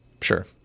Sure